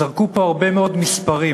זרקו פה הרבה מאוד מספרים